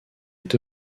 est